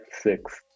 six